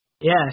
Yes